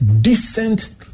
decent